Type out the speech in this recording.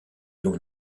l’on